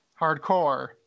Hardcore